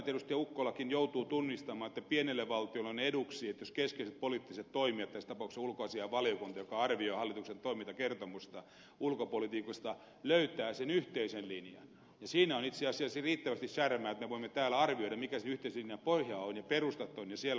ukkolakin joutuu tunnustamaan että pienelle valtiolle on eduksi että keskeiset poliittiset toimijat tässä tapauksessa ulkoasiainvaliokunta joka arvioi hallituksen toimintakertomusta ulkopolitiikasta löytävät sen yhteisen linjan ja siinä on itse asiassa riittävästi särmää että me voimme täällä arvioida mikä sen yhteislinjan pohja on ja perustat on ja siellä olevat nyanssit